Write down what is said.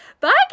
Bye